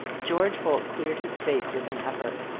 george holt cleared his face with an effort.